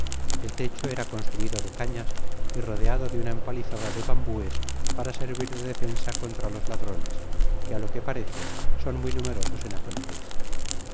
el techo era construido de cañas y rodeado de una empalizada de bambues para servir de defensa contra los ladrones que á lo que parece son muy numerosos en aquel pais